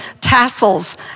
tassels